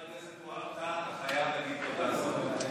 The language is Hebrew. חבר הכנסת טאהא, אתה חייב להגיד תודה לשר החינוך.